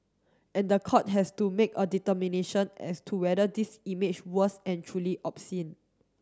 and the court has to make a determination as to whether this image was and truly obscene